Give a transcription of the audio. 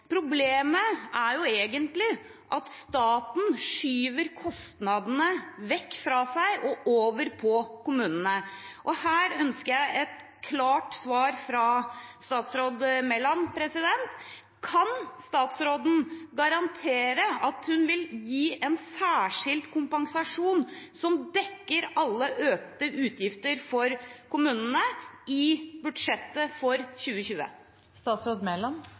Problemet er jo egentlig at staten skyver kostnadene vekk fra seg og over på kommunene. Her ønsker jeg et klart svar fra statsråd Mæland: Kan statsråden garantere at hun vil gi en særskilt kompensasjon som dekker alle økte utgifter for kommunene i budsjettet for 2020?